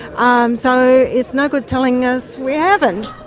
um so it's no good telling us we haven't.